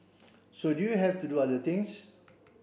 so you have to do other things